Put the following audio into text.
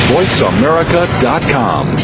VoiceAmerica.com